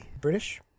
British